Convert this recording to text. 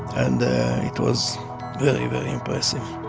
and it was very very impressive.